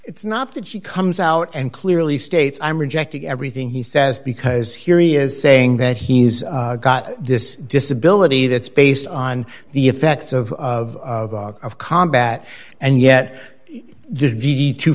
it's not that she comes out and clearly states i'm rejecting everything he says because here he is saying that he's got this disability that's based on the effects of of of combat and yet